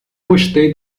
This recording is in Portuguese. gostei